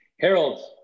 Harold